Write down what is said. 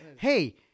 Hey